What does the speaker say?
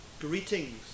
Greetings